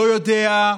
לא יודע,